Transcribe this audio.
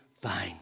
fine